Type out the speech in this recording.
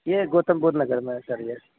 یہ گوتم بدھ نگر میں ہے سر یہ